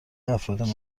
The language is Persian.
افراد